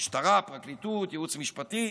המשטרה, הפרקליטות, הייעוץ המשפטי,